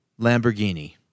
Lamborghini